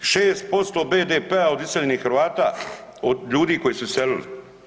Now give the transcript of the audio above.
5% BPD-a od iseljenih Hrvata od ljudi koji su iselili.